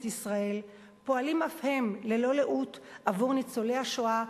ישראל פועלים אף הם ללא לאות עבור ניצולי השואה,